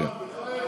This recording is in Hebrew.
כן.